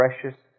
precious